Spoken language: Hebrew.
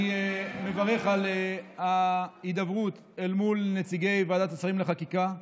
אני מברך על ההידברות אל מול נציגי ועדת השרים לחקיקה,